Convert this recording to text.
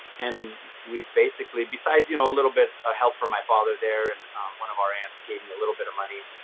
and we've basically, besides you know a little bit of ah help from my father there and one of our aunts gave me a little bit of money,